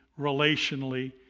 relationally